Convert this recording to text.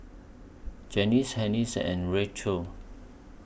Janice and Richelle